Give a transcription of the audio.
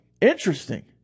interesting